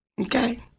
okay